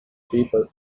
people